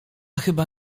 chyba